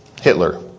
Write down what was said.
Hitler